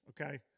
okay